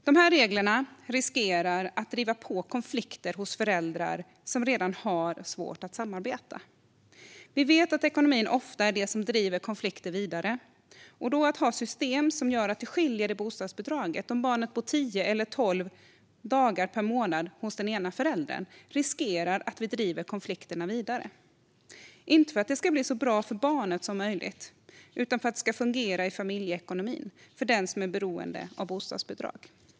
De reglerna riskerar att driva på konflikter hos föräldrar som redan har svårt att samarbeta. Vi vet att ekonomin ofta är det som driver konflikter vidare. Att då ha system som gör att det skiljer i bostadsbidraget om barnet bor tio eller tolv dagar per månad hos den ena föräldern innebär en risk att vi driver konflikterna vidare. Detta görs inte för att det ska bli så bra för barnet som möjligt utan för att det ska fungera i familjeekonomin för den som är beroende av bostadsbidrag.